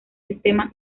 sistema